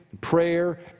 prayer